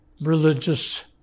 religious